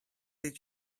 did